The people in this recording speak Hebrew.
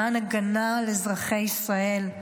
למען הגנה על אזרחי ישראל.